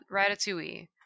Ratatouille